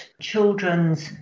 children's